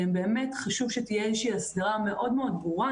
חשוב שתהיה הסדרה מאוד מאוד ברורה.